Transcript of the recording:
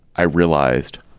i realized,